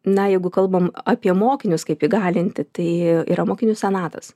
na jeigu kalbam apie mokinius kaip įgalinti tai yra mokinių senatas